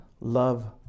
love